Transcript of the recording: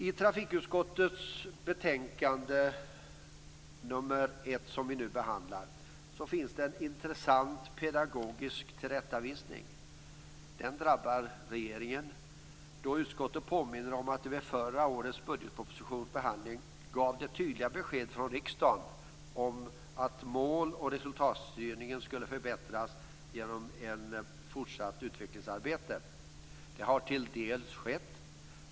I trafikutskottets betänkande nr 1, som vi nu behandlar, finns det en intressant pedagogisk tillrättavisning. Den drabbar regeringen, då utskottet påminner om att vid behandlingen av förra årets budgetproposition gavs det tydliga beskedet från riksdagen att mål och resultatstyrningen skulle förbättras genom ett fortsatt utvecklingsarbete. Det har till dels skett.